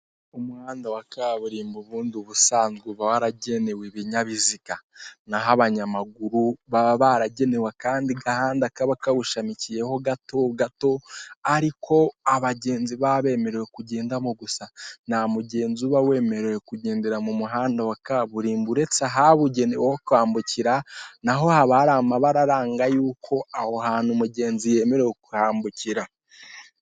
Umuhanda wa kaburimbo ubundi ubusanzwe uba waragenewe ibinyabiziga, naho abanyamaguru baba baragenewe akandi gahanda kaba kawushamikiyeho gato gato, ariko abagenzi baba bemerwe kugendamo gusa, nta mugenzi uba wemere kugendera mu muhanda wa kaburimbo uretse ahabugenewe ho kwambukira, na ho haba hari amabara aranga y'uko aho hantu umugenzi yemerewe kuhambukira.